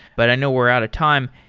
but i know we're out of time.